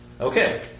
Okay